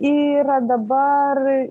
yra dabar